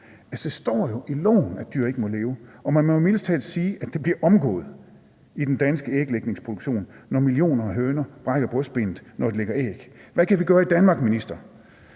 det står jo i loven, at dyr ikke må lide. Og man må jo mildest talt sige, at det bliver omgået i den danske æglægningsproduktion, når millioner af høner brækker brystbenet, når de lægger æg. Hvad kan vi gøre i Danmark, minister,